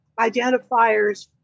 identifiers